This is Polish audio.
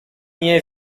nie